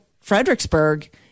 Fredericksburg